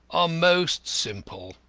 are most simple.